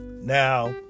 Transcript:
now